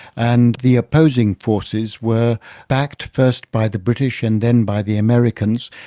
and the opposing forces were backed first by the british and then by the americans,